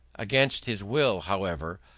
against his will, however,